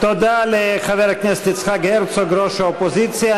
תודה לחבר הכנסת יצחק הרצוג, ראש האופוזיציה.